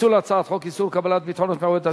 פיצול הצעת חוק איסור קבלת ביטחונות מעובד,